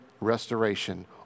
restoration